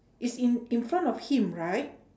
if in in front of him right